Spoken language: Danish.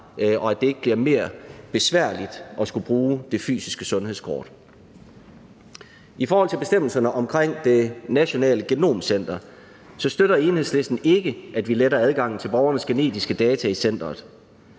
og at det ikke bliver mere besværligt at skulle bruge det fysiske sundhedskort. I forhold til bestemmelserne om Nationalt Genom Center støtter Enhedslisten ikke, at vi letter adgangen til borgernes genetiske data i centeret.